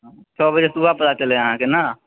छओ बजे सुबह पता चललै अहाँकेँ नहि